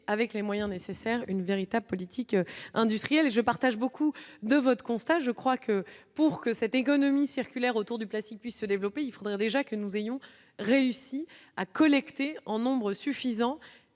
avec les moyens nécessaires, une véritable politique industrielle je partage beaucoup de votre constat, je crois que pour que cette économie circulaire autour du place puisse se développer, il faudrait déjà que nous ayons réussi à collecter en nombre suffisant,